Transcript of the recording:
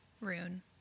rune